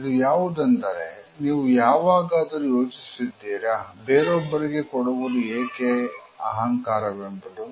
ಇದು ಯಾವುದೆಂದರೆ " ನೀವು ಯಾವಾಗಾದ್ರೂ ಯೋಚಿಸಿದ್ದೀರಾ ಬೇರೊಬ್ಬರಿಗೆ ಕೊಡುವುದು ಏಕೆ ಅಹಂಕಾರ ವೆಂಬುದು